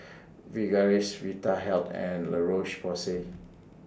Sigvaris Vitahealth and La Roche Porsay